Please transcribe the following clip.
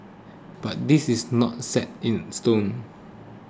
but this is not set in stone